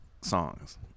songs